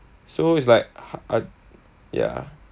so it's like ha~ I ya